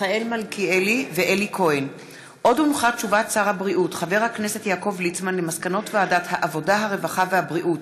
מיכאל מלכיאלי ואלי כהן בנושא: הטרדות מיניות ביישובים מעורבים.